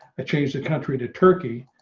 ah changed the country to turkey,